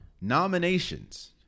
nominations